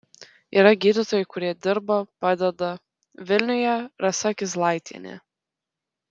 yra gydytojai kurie dirba padeda vilniuje rasa kizlaitienė